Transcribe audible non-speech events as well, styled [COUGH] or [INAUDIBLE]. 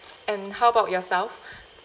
and how about yourself [BREATH]